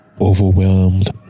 Overwhelmed